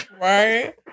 Right